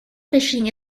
fishing